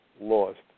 Lost